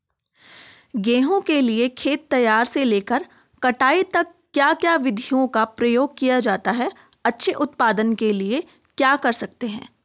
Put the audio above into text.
गेहूँ के लिए खेत तैयार से लेकर कटाई तक क्या क्या विधियों का प्रयोग किया जाता है अच्छे उत्पादन के लिए क्या कर सकते हैं?